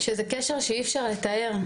שזה קשר שאי אפשר לתאר.